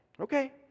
Okay